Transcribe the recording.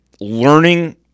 learning